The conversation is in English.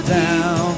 down